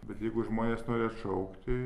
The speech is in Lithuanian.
bet jeigu žmonės nori atšaukti